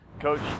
Coach